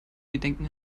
gedenken